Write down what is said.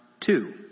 two